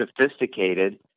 sophisticated